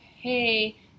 hey